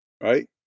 right